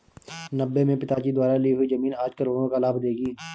नब्बे में पिताजी द्वारा ली हुई जमीन आज करोड़ों का लाभ देगी